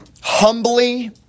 humbly